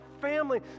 family